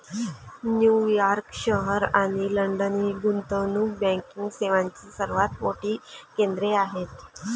New York शहर आणि London ही गुंतवणूक बँकिंग सेवांची सर्वात मोठी केंद्रे आहेत